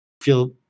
feel